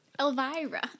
Elvira